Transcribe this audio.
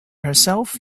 herself